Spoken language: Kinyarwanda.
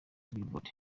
billboard